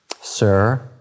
sir